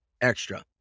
extra